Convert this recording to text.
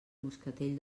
moscatell